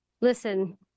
Listen